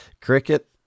Cricket